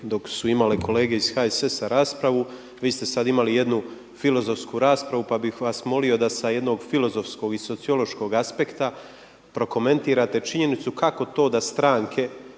dok su imale kolege iz HSS-a raspravu, vi ste sada imali jednu filozofsku raspravu pa bih vas molio da sa jednog filozofskog i sociološkog aspekta prokomentirate činjenicu kako to da stranke